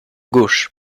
gauche